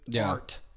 art